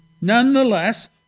Nonetheless